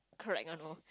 correct on lor